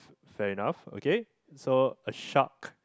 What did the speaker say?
fair enough okay so a shark